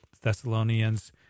Thessalonians